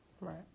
Right